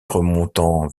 remontant